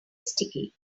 sticky